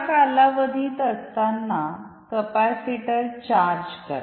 या कालावधीत असताना कॅपेसिटर चार्ज करा